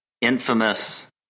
infamous